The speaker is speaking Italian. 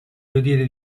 vedere